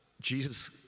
Jesus